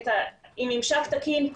עם ממשק תקין,